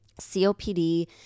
COPD